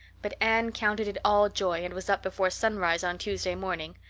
but anne counted it all joy, and was up before sunrise on tuesday morning.